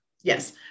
Yes